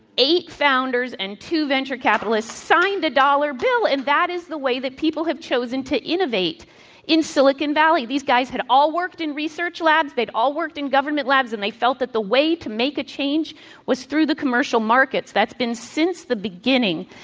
eight founders and two capitalists signed a dollar bill and that is the way that people have chosen to innovate in silicon valley. these guys had all worked in research labs, they'd all worked in government labs and they all felt that the way to make a change was through the commercial markets. that's been since the beginning.